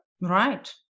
Right